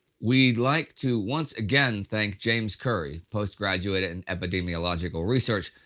we'd like to once again thank james currie, post graduate in epidemiological research,